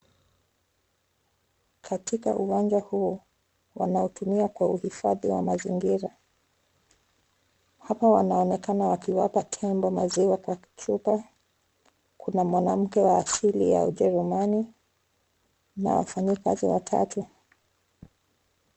Katika uwanja huu wanaotumia kwa uhifadhi wa mazingira. Hapa wanaonekana wakiwapa tembo maziwa kwa chupa. Kuna mwanamke wa asili ya Ujerumani na wafanyikazi watatu.